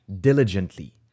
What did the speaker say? diligently